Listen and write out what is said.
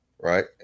right